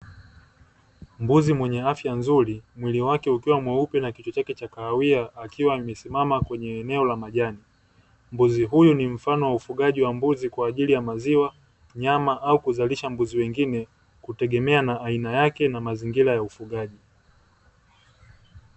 Mbuzi mwenye afya nzuri mwili wake ukiwa mweupe na kichwa cha kahawia, akiwa amesimama katika eneo la majani. Mbuzi huyu ni mfano wa ufugaji wa mbuzi kwa ajili ya maziwa, nyama au kuzalisha mbuzi wengine kutegemea na aina yake na mazingira ya ufugaji.